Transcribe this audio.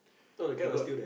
he got